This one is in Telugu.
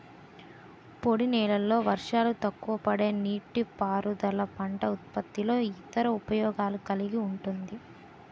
పొడినేలల్లో వర్షాలు తక్కువపడే నీటిపారుదల పంట ఉత్పత్తుల్లో ఇతర ఉపయోగాలను కలిగి ఉంటుంది